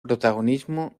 protagonismo